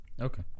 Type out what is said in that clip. Okay